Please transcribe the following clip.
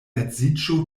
edziĝo